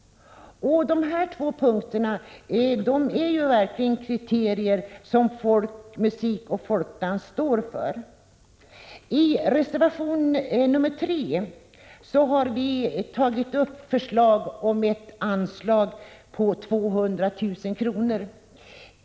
Dessa två punkter är verkligen kriterier som folkmusik och folkdans står för. I reservation 3 tas upp förslag om ett anslag på 200 000 kr.